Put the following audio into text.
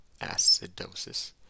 acidosis